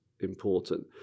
important